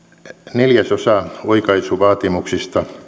neljäsosa oikaisuvaatimuksista